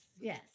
Yes